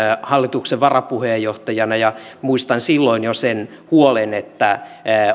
hallituksen varapuheenjohtajana ja muistan silloin jo sen huolen että